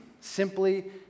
Simply